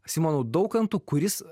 simonu daukantu kuris